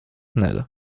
nel